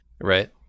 Right